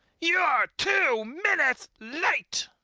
you're two minutes late!